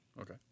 Okay